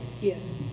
Yes